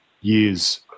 years